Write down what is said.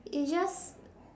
it's just